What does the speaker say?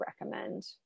recommend